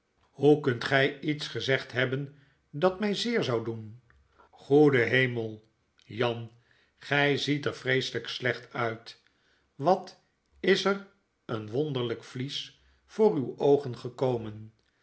hoe kunt gij iets gezegd hebben dat my zeer zou doen goede hemel jan gy ziet er vreeselp slecht uit wat is er een wonderlp vlies voor uwe oogen gekomen